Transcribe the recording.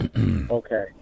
Okay